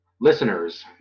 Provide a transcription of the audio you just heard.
Listeners